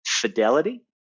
fidelity